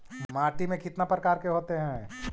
माटी में कितना प्रकार के होते हैं?